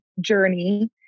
journey